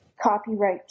Copyright